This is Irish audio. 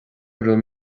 raibh